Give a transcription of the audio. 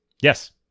yes